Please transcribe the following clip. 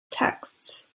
texts